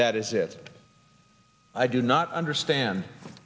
that is it i do not understand